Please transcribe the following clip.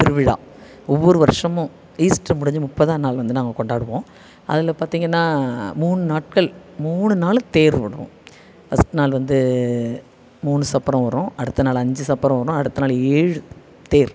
திருவிழா ஒவ்வொரு வருஷமும் ஈஸ்டர் முடிஞ்சு முப்பதாம் நாள் வந்து நாங்கள் கொண்டாடுவோம் அதில் பார்த்தீங்கன்னா மூணு நாட்கள் மூணு நாளும் தேர் ஓடும் ஃபர்ஸ்ட் நாள் வந்து மூணு சப்பரம் வரும் அடுத்த நாள் அஞ்சு சப்பரம் வரும் அடுத்த நாள் ஏழு தேர்